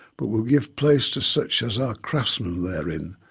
but will give place to such as are craftsmen therein,